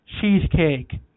Cheesecake